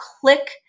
click